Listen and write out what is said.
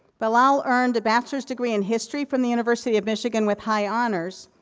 bilal earned a bachelor's degree in history from the university of michigan with high honors.